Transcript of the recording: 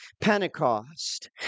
Pentecost